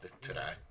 today